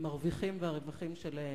הם מרוויחים והרווחים שלהם,